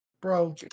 bro